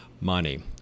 money